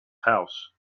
house